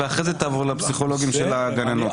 ואחרי זה תעבור לפסיכולוגים של הגננות.